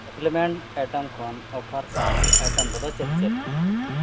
supplement item ᱠᱷᱚᱱ offer ᱥᱟᱶ item ᱠᱚᱫᱚ ᱪᱮᱫ ᱪᱮᱫ